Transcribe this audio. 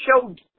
showed